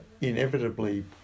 inevitably